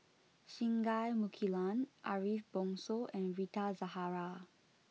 Singai Mukilan Ariff Bongso and Rita Zahara